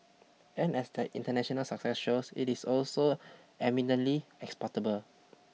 and as their international success shows it is also eminently exportable